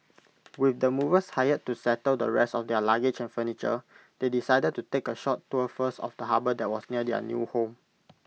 with the movers hired to settle the rest of their luggage and furniture they decided to take A short tour first of the harbour that was near their new home